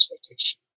expectation